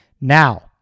Now